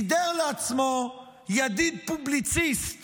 סידר לעצמו ידיד פובליציסט